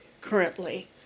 currently